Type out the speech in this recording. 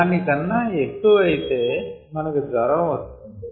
దాని కన్నా ఎక్కువ అయితే మనకు జ్వరం వస్తుంది